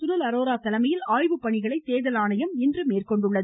சுனில் அரோரா தலைமையில் ஆய்வுப் பணிகளை தேர்தல் ஆணையம் இன்று மேற்கொண்டுள்ளது